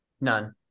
None